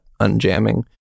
unjamming